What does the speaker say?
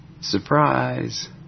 Surprise